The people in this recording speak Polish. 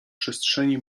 przestrzeni